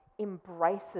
embraces